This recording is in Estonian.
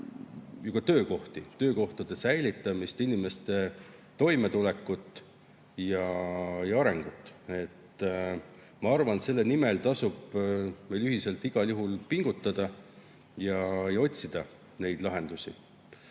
ju töökohti, töökohtade säilitamist, inimeste toimetulekut ja arengut. Ma arvan, et selle nimel tasub meil ühiselt igal juhul pingutada ja lahendusi